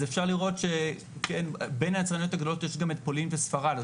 אפשר לראות שבין היצרניות הגדולות יש גם את פולין וספרד.